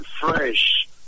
fresh